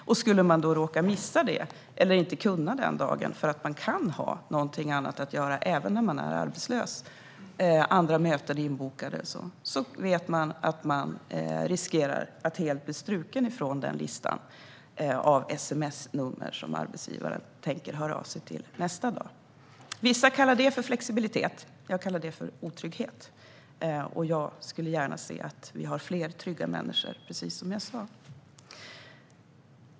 Skulle man då råka missa sms:et eller inte kunna jobba den dagen - man kan ha någonting annat att göra även när man är arbetslös, till exempel inbokade möten - vet man att man riskerar att helt bli struken från den lista med sms-nummer som arbetsgivaren tänker höra av sig till nästa dag. Vissa kallar det för flexibilitet. Jag kallar det för otrygghet. Och jag skulle gärna se att vi hade fler trygga människor, precis som jag sa.